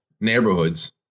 neighborhoods